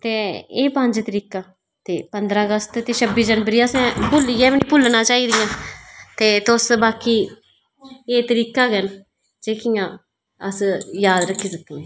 ते एह् पंज तरीकां ते पदंरा अगस्त ते छब्बी जनबरी ते आसें भुल्ली गै बी नेई भुल्लना चाहिदयां ते तुस बाकी एह तरीकां गै हैन जेहकियां अस याद रक्खी सकने